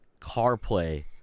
CarPlay